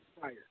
Fire